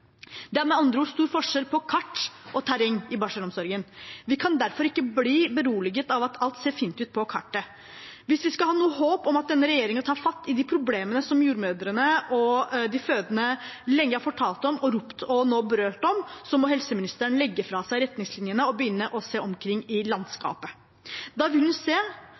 Det er med andre ord stor forskjell på kart og terreng i barselomsorgen. Vi kan derfor ikke bli beroliget av at alt ser fint ut på kartet. Hvis vi skal ha noe håp om at denne regjeringen tar tak i de problemene som jordmødrene og de fødende lenge har fortalt om, ropt og nå brølt om, må helseministeren legge fra seg retningslinjene og begynne å se omkring i landskapet. Da